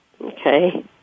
Okay